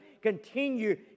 continue